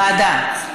ועדה?